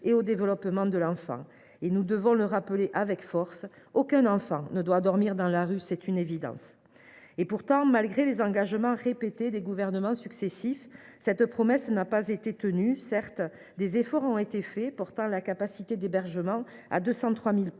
et au développement de l’enfant. Rappelons le avec force : aucun enfant ne doit dormir dans la rue ! C’est une évidence. Pourtant, malgré les engagements répétés des gouvernements successifs, la promesse n’a pas été tenue. Certes, des efforts ont été faits, portant la capacité d’hébergement à 203 000